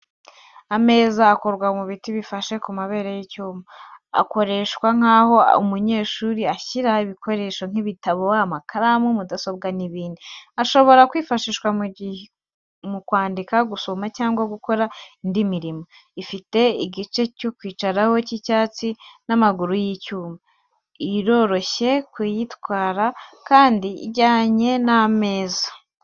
Ameza akorwa n'ibiti bifashe ku mabere y'icyuma. Akoreshwa nk'aho umunyeshuri ashyira ibikoresho nk'ibitabo, amakaramu, mudasobwa, n’ibindi. Ashobora no kwifashishwa mu kwandika, gusoma cyangwa gukorera indi mirimo. Ifite igice cyo kwicaraho cy’icyatsi n’amaguru y’icyuma. Iroroshye kuyitwara kandi ijyanye n’ameza.